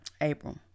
April